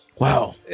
Wow